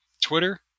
Twitter